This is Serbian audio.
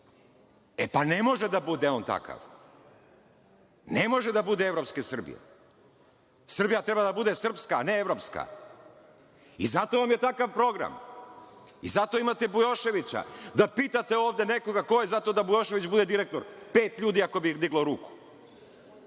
E, pa ne može da bude on takav, ne može da bude evropske Srbije. Srbija treba da bude srpska, a ne evropska. I zato vam je takav program, i zato imate Bujoševića. Da pitate ovde nekoga ko je za to da Bujošević bude direktor, pet ljudi ako bi diglo ruku.